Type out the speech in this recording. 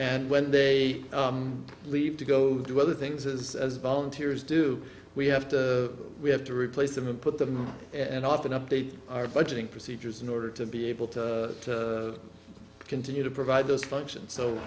and when they leave to go do other things as volunteers do we have to we have to replace them and put them on and off and update our budgeting procedures in order to be able to continue to provide those functions so